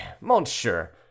monsieur